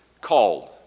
Called